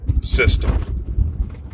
system